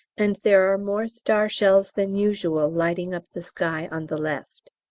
and there are more star-shells than usual lighting up the sky on the left.